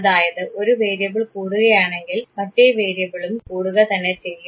അതായത് ഒരു വേരിയബിൾ കൂടുകയാണെങ്കിൽ മറ്റേ വേരിയബിളും കൂടുക തന്നെ ചെയ്യും